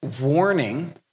warning